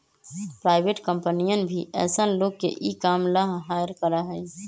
private कम्पनियन भी ऐसन लोग के ई काम ला हायर करा हई